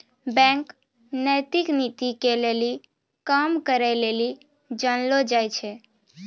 bank नैतिक नीति के लेली काम करै लेली जानलो जाय छै